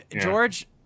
George